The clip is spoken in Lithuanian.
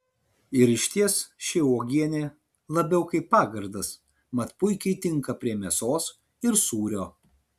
ir išties ši uogienė labiau kaip pagardas mat puikiai tinka prie mėsos ir sūrio